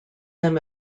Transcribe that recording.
them